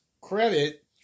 credit